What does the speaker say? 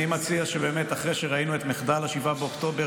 אני מציע שבאמת אחרי שראינו את מחדל 7 באוקטובר